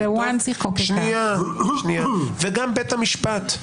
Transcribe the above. וגם בית המשפט,